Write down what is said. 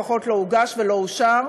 או לפחות לא הוגש ולא אושר.